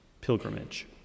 pilgrimage